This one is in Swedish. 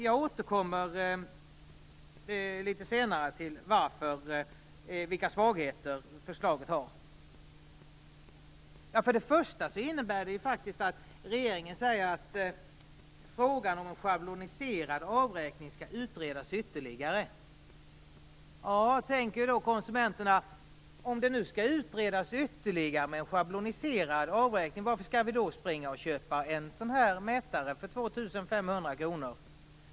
Jag återkommer litet senare till vilka svagheter förslaget har. Regeringen säger att frågan om en schabloniserad avräkning skall utredas ytterligare. Om frågan om en schabloniserad avräkning skall utredas ytterligare undrar konsumenterna varför de skall springa och köpa en mätare för 2 500 kr.